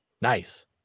Nice